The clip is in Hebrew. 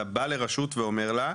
אתה בא לרשות ואומר לה,